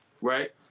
right